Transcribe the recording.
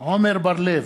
עמר בר-לב,